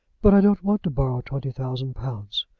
but i don't want to borrow twenty thousand pounds.